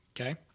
Okay